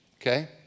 okay